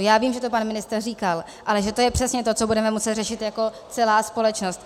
Já vím, že to pan ministr říkal, ale to je přesně to, co budeme muset řešit jako celá společnost.